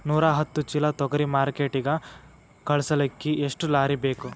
ನೂರಾಹತ್ತ ಚೀಲಾ ತೊಗರಿ ಮಾರ್ಕಿಟಿಗ ಕಳಸಲಿಕ್ಕಿ ಎಷ್ಟ ಲಾರಿ ಬೇಕು?